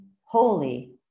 holy